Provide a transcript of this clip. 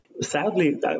Sadly